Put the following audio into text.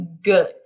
good